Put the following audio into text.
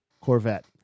Corvette